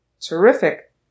terrific